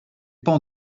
pans